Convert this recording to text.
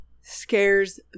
scares